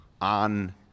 on